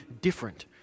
different